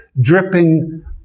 dripping